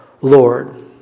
Lord